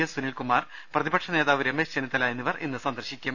S Sunilkumar പ്രതിപക്ഷ നേതാവ് രമേശ് ചെന്നിത്തല എന്നിവർ ഇന്ന് സന്ദർശിക്കും